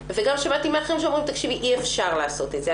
שמעתי גם מאחרים שאומרים אי אפשר לעשות את זה.